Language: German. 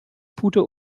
pute